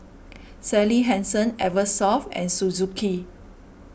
Sally Hansen Eversoft and Suzuki